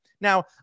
Now